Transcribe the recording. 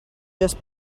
just